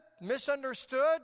misunderstood